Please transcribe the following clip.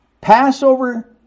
Passover